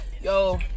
Yo